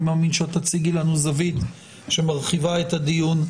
אני מאמין שתציגי לנו זווית שמרחיבה את הדיון.